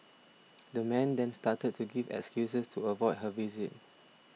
the man then started to give excuses to avoid her visit